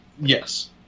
Yes